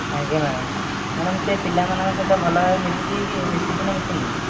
ଆଜ୍ଞା madam madam ସେ ପିଲାମାନଙ୍କ ସହିତ ଭଲ ଭାବରେ ମିଶୁଛି କି ମିଶୁଛି ନା ମିଶୁନି